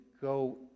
go